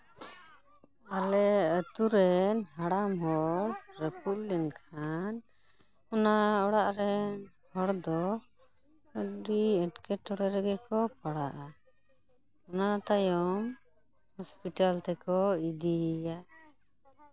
ᱟᱞᱮ ᱟᱹᱛᱩᱨᱮ ᱦᱟᱲᱟᱢ ᱦᱚᱲ ᱨᱟᱹᱯᱩᱫ ᱞᱮᱱᱠᱷᱟᱱ ᱚᱱᱟ ᱚᱲᱟᱜ ᱨᱮᱱ ᱦᱚᱲ ᱫᱚ ᱟᱹᱰᱤ ᱮᱸᱴᱠᱮᱴᱚᱲᱮ ᱨᱮᱜᱮ ᱠᱚ ᱯᱟᱲᱟᱜᱼᱟ ᱚᱱᱟ ᱛᱟᱭᱚᱢ ᱦᱚᱥᱯᱤᱴᱟᱞ ᱛᱮᱠᱚ ᱤᱫᱤᱭᱮᱭᱟ